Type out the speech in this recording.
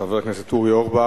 חבר הכנסת אורי אורבך.